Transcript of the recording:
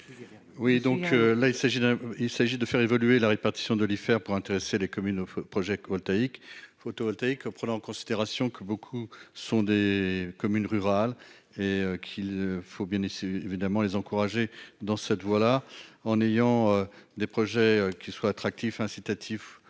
d'un. Il s'agit de faire évoluer la répartition, de les faire pour intéresser les communes au. Voltaïque photovoltaïque prenant en considération que beaucoup sont des communes rurales et qu'il faut bien et c'est évidemment les encourager dans cette voie là en ayant des projets qui soient attractifs incitatifs